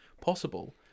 possible